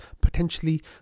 Potentially